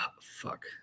fuck